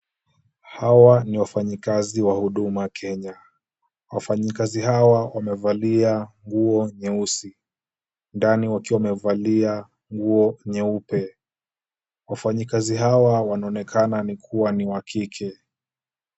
Hawa ni wafanyikazi wa Huduma Kenya, wafanyikazi hawa wamevalia nguo nyeusi, ndani wakiwa wamevalia nguo nyeupe, wafanyikazi hawa wanaonekana kuwa ni wa kike.